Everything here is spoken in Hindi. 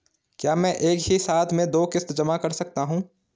क्या मैं एक ही साथ में दो किश्त जमा कर सकता हूँ?